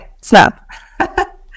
snap